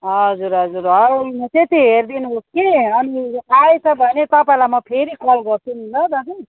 हजुर हजुर होइन त्यो चाहिँ हेरिदिनु होस् कि अनि आएछ भने तपाईँलाई म फेरि कल गर्छु नि ल दाजु